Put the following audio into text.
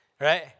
right